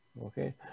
Okay